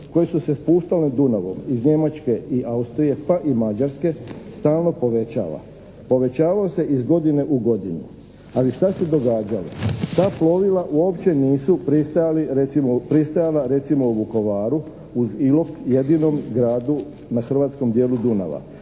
koje su se spuštale Dunavom iz Njemačke i Austrije pa i Mađarske stalno povećava. Povećavao se iz godine u godinu. Ali šta se događalo? Ta plovila uopće nisu pristajali recimo u Vukovaru, uz Ilok jedinom gradu na hrvatskom dijelu Dunava